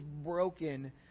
broken